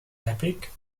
epic